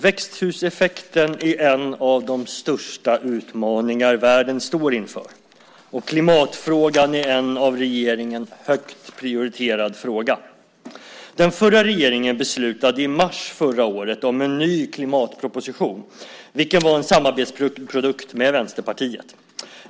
Växthuseffekten är en av de största utmaningar världen står inför och klimatfrågan är en av regeringen högt prioriterad fråga. Den förra regeringen beslutade i mars förra året om en ny klimatproposition vilken var en samarbetsprodukt med Vänsterpartiet.